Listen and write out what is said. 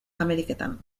ameriketan